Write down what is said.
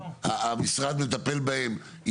המשרד מטפל בהן?